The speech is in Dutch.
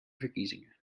verkiezingen